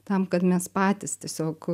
tam kad mes patys tiesiog